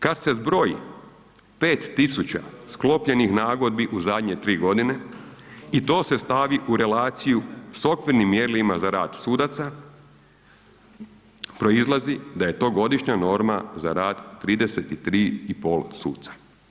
Kad se zbroji 5.000 sklopljenih nagodbi u zadnje tri godine i to se stavi u relaciju s okvirnim mjerilima za rad sudaca proizlazi da je to godišnja norma za rad 33,5 suca.